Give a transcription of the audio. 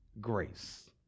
grace